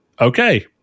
okay